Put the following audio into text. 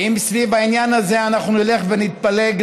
אם סביב העניין הזה אנחנו נלך ונתפלג,